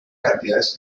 cantidades